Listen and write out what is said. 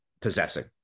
possessing